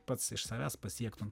pats iš savęs pasiektum